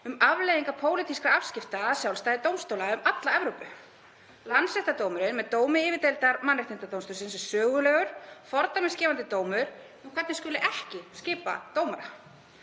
um afleiðingar pólitískra afskipta af sjálfstæði dómstóla. Landsréttardómurinn, með dómi yfirdeildar Mannréttindadómstólsins, er sögulegur, fordæmisgefandi dómur um hvernig ekki skuli skipa dómara.